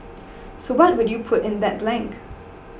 so what would you put in that blank